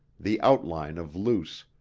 the outline of luce,